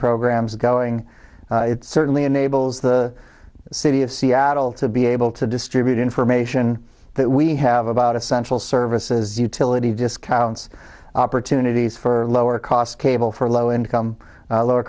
programs going it certainly enables the city of seattle to be able to distribute information that we have about essential services utility discounts opportunities for lower cost cable for low income low